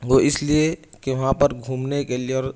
وہ اس لیے کہ وہاں پر گھومنے کے لیے اور